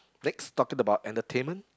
next talking about entertainment